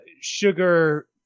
Sugar